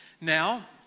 Now